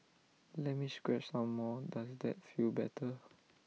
let me scratch some more does that feel better